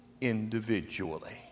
Individually